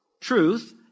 truth